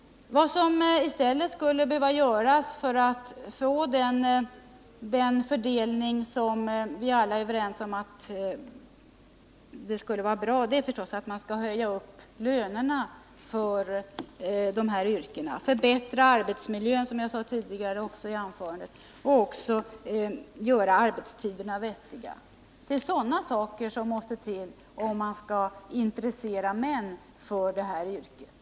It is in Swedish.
Vad som i stället skulle behöva göras, för att få den fördelning som vi alla är överens om skulle vara bra, skulle förstås vara att höja lönerna inom dessa yrken och förbättra arbetsmiljön, som jag också sade i mitt tidigare anförande, samt att göra arbetstiderna vettiga. Det är sådana saker som måste till om man skall kunna intressera män för det här yrket.